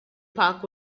pack